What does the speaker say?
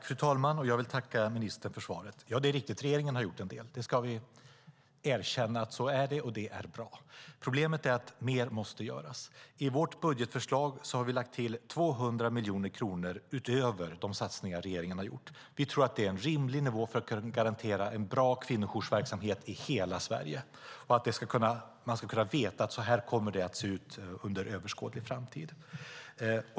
Fru talman! Jag tackar ministern för svaret. Det är riktigt att regeringen har gjort en del. Det ska vi erkänna, och det är bra. Problemet är att mer måste göras. I vårt budgetförslag har vi lagt till 200 miljoner kronor utöver de satsningar regeringen har gjort. Vi tror att det är en rimlig nivå för att kunna garantera en bra kvinnojoursverksamhet i hela Sverige och för att man ska kunna veta hur det kommer att se ut under överskådlig framtid.